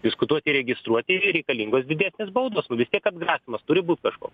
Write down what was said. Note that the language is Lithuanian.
diskutuoti įregistruoti ir reikalingos didesnės baudos nu vis tiek atgrasymas turi būt kažkoks